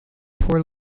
poor